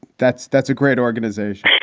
that's that's a great organization